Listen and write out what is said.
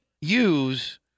use